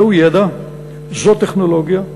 זהו ידע, זו טכנולוגיה.